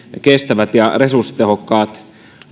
kestävät ja resurssitehokkaat